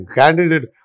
candidate